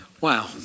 Wow